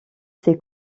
ses